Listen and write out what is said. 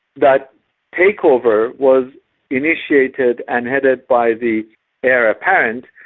that takeover was initiated and headed by the heir apparent,